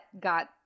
got